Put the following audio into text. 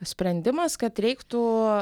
sprendimas kad reiktų